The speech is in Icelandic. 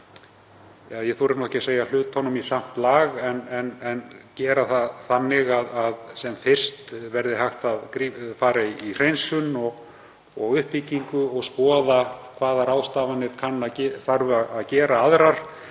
ég þori ekki að segja hlutunum í samt lag, en gera það þannig að sem fyrst verði hægt að fara í hreinsun og uppbyggingu og skoða hvaða ráðstafanir aðrar þarf að